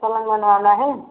पलंग बनवाना है